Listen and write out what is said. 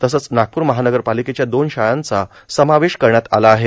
तसंच नागपूर महानगरपालिकेच्या दोन शाळांचा समावेश करण्यात आला आहे